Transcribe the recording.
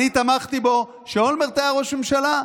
אני תמכתי בו כשאולמרט היה ראש ממשלה,